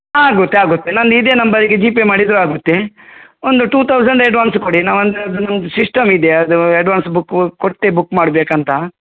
ಆಗುತ್ತೆ ಆಗುತ್ತೆ ನಂದು ಇದೆ ನಂಬರಿಗೆ ಜಿ ಪೇ ಮಾಡಿದರು ಆಗುತ್ತೆ ಒಂದು ಟು ತೌಸಂಡ್ ಅಡ್ವಾನ್ಸ್ ಕೊಡಿ ನಾವು ಒಂದು ಅದು ನಮ್ದು ಸಿಸ್ಟಮ್ ಇದೆ ಅದು ಅಡ್ವಾನ್ಸ್ ಬುಕ್ಕು ಕೊಟ್ಟೆ ಬುಕ್ ಮಾಡ್ಬೇಕು ಅಂತ